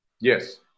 Yes